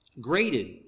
graded